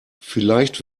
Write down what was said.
vielleicht